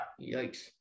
Yikes